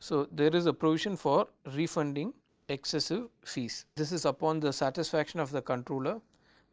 so, there is a provision for refunding excessive fees this is upon the satisfaction of the controller